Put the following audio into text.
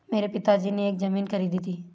मेरे पिताजी ने एक जमीन खरीदी थी